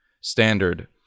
standard